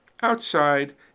Outside